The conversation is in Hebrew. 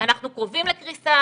אנחנו קרובים לקריסה,